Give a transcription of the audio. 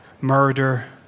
murder